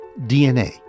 DNA